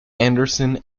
anderson